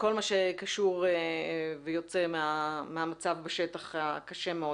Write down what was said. וכל מה שקשור ויוצא מהמצב בשטח הקשה מאוד.